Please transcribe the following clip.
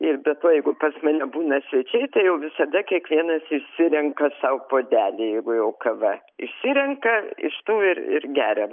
ir be to jeigu pas mane būna svečiai tai jau visada kiekvienas išsirenka sau puodelį jeigu jau kava išsirenka iš tų ir ir geriam